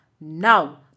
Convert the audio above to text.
Now